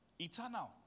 eternal